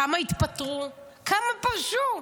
כמה התפטרו, כמה פרשו?